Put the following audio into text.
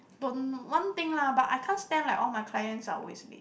don't one thing lah but I can't stand like all my clients are always late